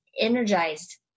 energized